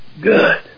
Good